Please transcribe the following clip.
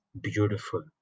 beautiful